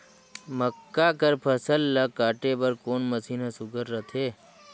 मक्का कर फसल ला काटे बर कोन मशीन ह सुघ्घर रथे?